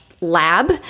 Lab